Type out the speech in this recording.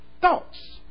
Thoughts